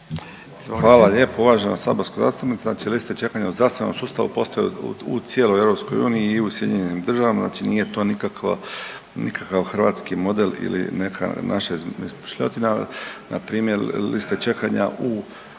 Hvala lijepo uvažena saborska zastupnice. Znači liste čekanja u zdravstvenom sustavu postoje i u cijeloj EU i Sjedinjenim državama, znači nije to nikakva, nikakav hrvatski model ili neka naša izmišljotina, npr. liste čekanja u